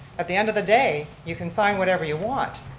at the end of the day, you can sign whatever you want,